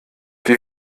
wie